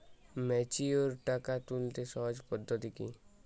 Mature টাকা তুলতে সহজ পদ্ধতি কি?